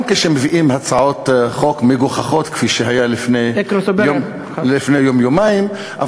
גם כשמביאים הצעות חוק מגוחכות כפי שהיה לפני יום-יומיים.